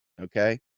okay